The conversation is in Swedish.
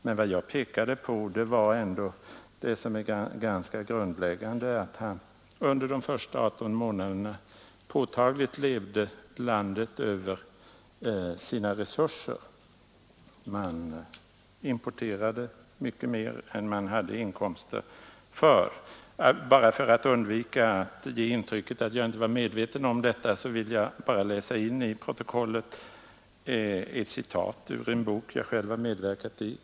Men vad jag pekade på var det ganska grundläggande att landet under de första 18 månaderna påtagligt levde över sina resurser. Man importerade mycket mer än det fanns inkomster för. För att undvika intrycket att jag inte var medveten om övriga svårigheter vill jag i kammarens protokoll läsa in ett citat ur en bok som jag själv medverkat i.